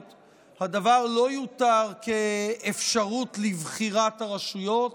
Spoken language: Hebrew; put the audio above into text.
הדבר לא ייוותר כאפשרות לבחירת הרשויות,